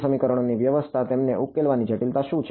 સમીકરણોની વ્યવસ્થા તેમને ઉકેલવાની જટિલતા શું છે